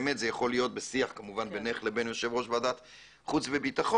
באמת זה יכול להיות בשיח בינך לבין יושב ראש ועדת חוץ וביטחון,